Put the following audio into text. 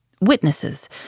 Witnesses